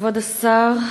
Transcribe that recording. כבוד השר,